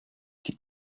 die